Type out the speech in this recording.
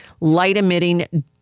light-emitting